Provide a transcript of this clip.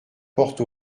porte